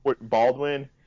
Baldwin